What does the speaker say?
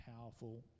powerful